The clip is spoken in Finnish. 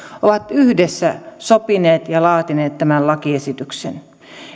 ovat yhdessä sopineet ja laatineet tämän lakiesityksen